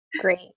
Great